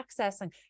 accessing